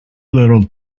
little